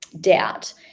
doubt